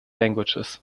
languages